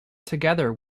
together